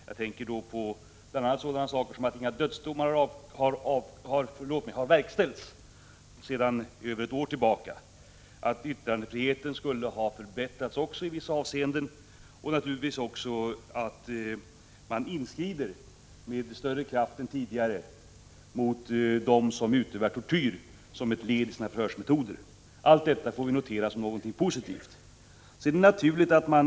Jag tänker då bl.a. på att inga dödsdomar har verkställts sedan över ett år tillbaka, att yttrandefriheten i vissa avseenden har förbättrats och att man med större kraft än tidigare inskrider mot dem som utövar tortyr som ett led i sina förhörsmetoder. Allt detta får vi notera som någonting positivt. Men bilden pekar å andra sidan också på brister i det turkiska samhället.